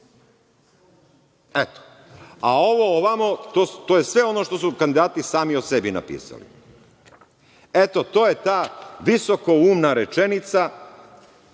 suda. A, ovo ovamo, to je sve ono što su kandidati sami o sebi napisali. To je ta visokoumna rečenica